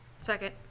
Second